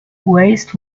raised